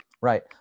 Right